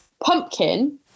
pumpkin